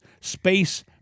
space